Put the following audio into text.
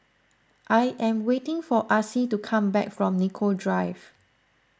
I am waiting for Acy to come back from Nicoll Drive